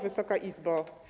Wysoka Izbo!